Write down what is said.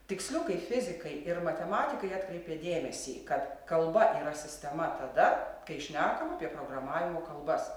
tiksliukai fizikai ir matematikai atkreipė dėmesį kad kalba yra sistema tada kai šnekam apie programavimo kalbas